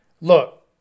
Look